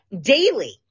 daily